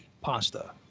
pasta